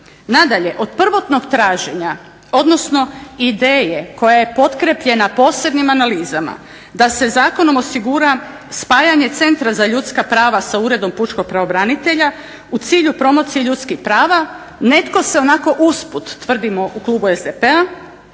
Nadalje, od prvotnog traženja, odnosno ideje koja je potkrijepljena posebnim analizama da se zakonom osigura spajanje Centra za ljudska prava sa Uredom pučkog pravobranitelja u cilju promocije ljudskih prava netko se onako usput tvrdimo u klubu SDP-a